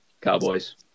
Cowboys